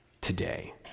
today